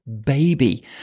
baby